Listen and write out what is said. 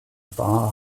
bar